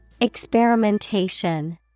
Experimentation